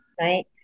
right